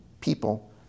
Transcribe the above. people